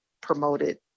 promoted